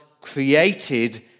created